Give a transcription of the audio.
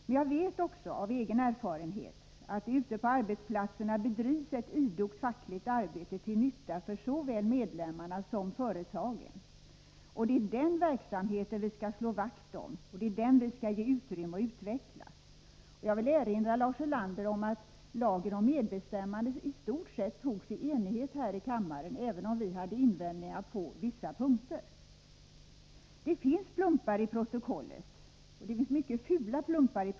Men jag vet också av egen erfarenhet att det ute på arbetsplatserna bedrivs ett idogt fackligt arbete till nytta för såväl medlemmarna som företagen. Det är den verksamheten som vi skall slå vakt om, ge utrymme och utveckla. Jag vill erinra Lars Ulander om att lagen om medbestämmande i stort sett togs i enighet, även om vi hade invändningar på vissa punkter. Det finns plumpar i protokollet — mycket fula sådana.